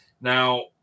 Now